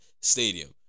stadium